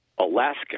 Alaska